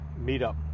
Meetup